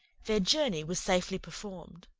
their journey was safely performed.